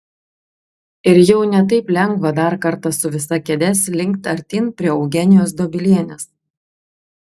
ir jau ne taip lengva dar kartą su visa kėde slinkt artyn prie eugenijos dobilienės